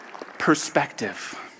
Perspective